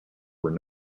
were